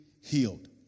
healed